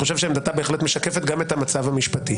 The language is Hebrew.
אבל אני חושב שעמדתה בהחלט משקפת גם את המצב המשפטי.